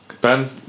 Ben